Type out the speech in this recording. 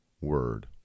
word